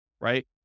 right